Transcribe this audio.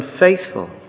unfaithful